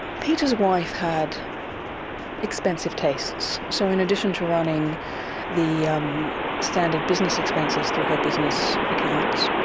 peter's wife had expensive tastes. so in addition to running the um standard business expenses through her business accounts,